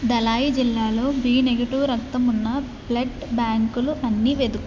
ధలాయ్ జిల్లాలో B negative రక్తం ఉన్న బ్లడ్ బ్యాంకులు అన్ని వెతుకు